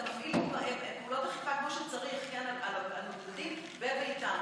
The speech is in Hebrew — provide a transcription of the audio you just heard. אתה מפעיל פעולות אכיפה כמו שצריך על מבודדים בביתם.